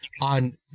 on